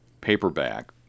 paperback